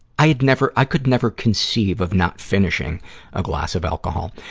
i had never, i could never conceive of not finishing a glass of alcohol.